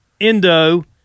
endo